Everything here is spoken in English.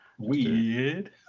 Weird